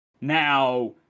now